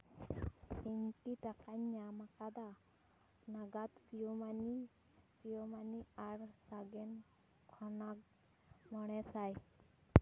ᱤᱧ ᱠᱤ ᱴᱟᱠᱟᱧ ᱧᱟᱢ ᱟᱠᱟᱫᱟ ᱱᱟᱦᱟᱜ ᱯᱤᱭᱳᱢᱟᱱᱤ ᱯᱤᱭᱳᱢᱟᱱᱤ ᱟᱨ ᱥᱟᱜᱮᱱ ᱠᱷᱚᱟᱜᱽ ᱢᱚᱬᱮ ᱥᱟᱭ